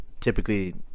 typically